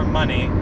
money